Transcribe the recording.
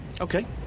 Okay